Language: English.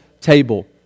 table